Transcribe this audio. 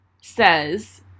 says